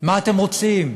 מה אתם רוצים?